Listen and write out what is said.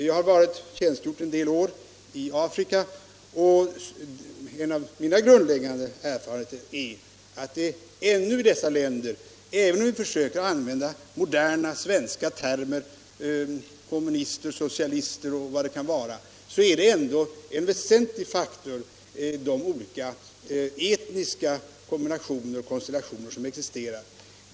Jag har tjänstgjort en del år i Afrika, och en av mina grundläggande erfarenheter är att i dessa länder, även om vi försöker använda moderna svenska termer som kommunister, socialister osv. ändå en väsentlig faktor ännu är de olika etniska grupper och konstellationer som existerar.